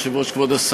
אלא עשר שנים קדימה,